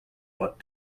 what